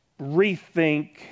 rethink